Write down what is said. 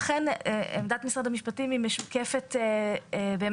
אכן עמדת משרד המשפטים היא משקפת באמת